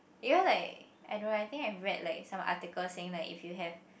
you know like I don't know I think I have read like some articles saying like if you have